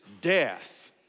death